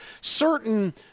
certain